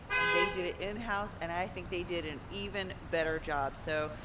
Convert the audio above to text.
and they did it in-house, and i think they did an even better job. so,